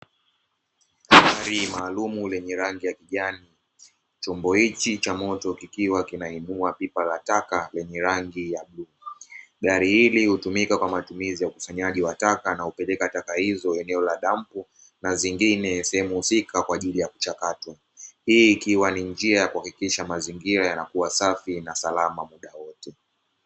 Gari maalum lenye rangi ya kijani, chombo hichi cha moto kikiwa kinainua pipa la taka, lenye rangi ya gari hili hutumika kwa matumizi ya ukusanyaji wa taka na hupeleka taka hizo eneo la dampo na zingine sehemu husika, kwa ajili ya kuchakatwa hii ikiwa ni njia ya kuhakikisha mazingira yanakuwa safi na salama muda wote.